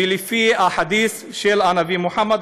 ולפי החדית' של הנביא מוחמד,